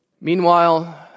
Meanwhile